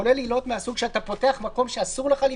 כולל עילות מהסוג שאתה פותח מקום שאסור לך לפתוח,